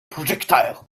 projectile